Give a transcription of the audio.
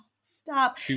stop